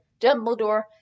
Dumbledore